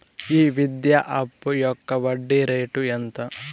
ఈ విద్యా అప్పు యొక్క వడ్డీ రేటు ఎంత?